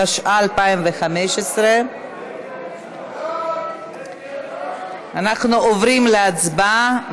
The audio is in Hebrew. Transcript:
התשע"ה 2015. אנחנו עוברים להצבעה.